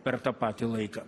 per tą patį laiką